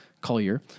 Collier